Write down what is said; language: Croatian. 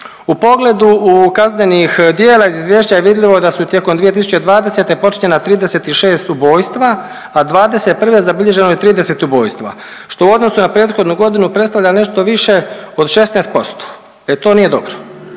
U pogledu kaznenih djela iz izvješća je vidljivo da su i tijekom 2020. počinjena 36 ubojstva, a '21. zabilježeno je 30 ubojstva, što u odnosu na prethodnu godinu predstavlja nešto više od 16%. E to nije dobro,